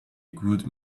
good